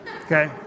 okay